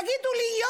תגידו לי?